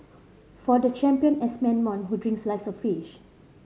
for the champion S man who drinks like a fish